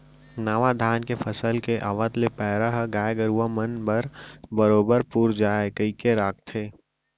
नावा धान के फसल के आवत ले पैरा ह गाय गरूवा मन बर बरोबर पुर जाय कइके राखथें